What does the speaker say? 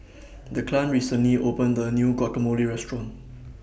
Declan recently opened A New Guacamole Restaurant